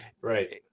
right